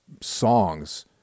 songs